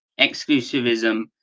exclusivism